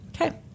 okay